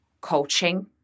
coaching